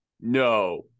No